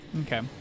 Okay